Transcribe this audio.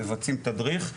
מבצעים תדריך,